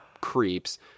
creeps